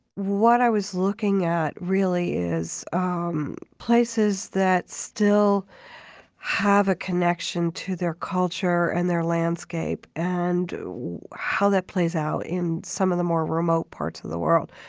what i was looking at is um places that still have a connection to their culture and their landscape, and how that plays out in some of the more remote parts of the world.